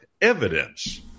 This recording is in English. evidence